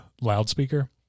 loudspeaker